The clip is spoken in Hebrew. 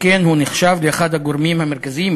שכן הוא נחשב לאחד הגורמים המרכזיים,